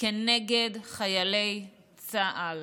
כנגד חיילי צה"ל.